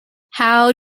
how